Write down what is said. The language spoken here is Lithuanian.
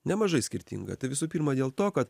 nemažai skirtinga tai visų pirma dėl to kad